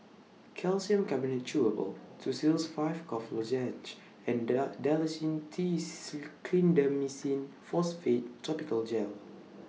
Calcium Carbonate Chewable Tussils five Cough Lozenges and Dalacin teeth Clindamycin Phosphate Topical Gel